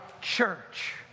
church